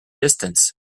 distance